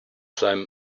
seinem